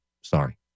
Sorry